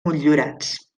motllurats